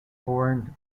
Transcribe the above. foreign